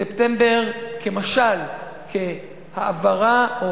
ספטמבר כמשל, כהעברה.